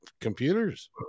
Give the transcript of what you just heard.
computers